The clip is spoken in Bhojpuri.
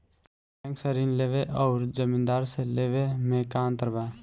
बैंक से ऋण लेवे अउर जमींदार से लेवे मे का अंतर बा?